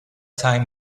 time